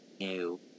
No